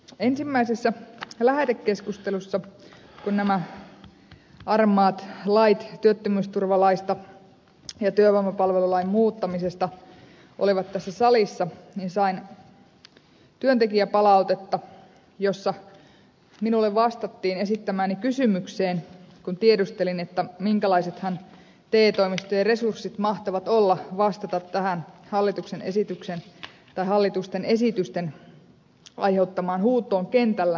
ensimmäisessä lähetekeskustelussa kun nämä armaat lait työttömyysturvalaista ja työvoimapalvelulain muuttamisesta olivat tässä salissa sain työntekijäpalautetta jossa minulle vastattiin esittämääni kysymykseen kun tiedustelin minkälaiset te toimistojen resurssit mahtavat olla vastata tähän hallituksen esitysten aiheuttamaan huutoon kentällä